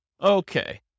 Okay